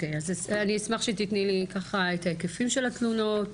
אני אשמח שתתני לי ככה את ההיקפים של התלונות.